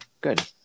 good